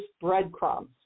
breadcrumbs